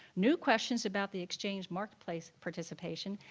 new questions about the exchange marketplace participation,